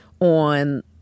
on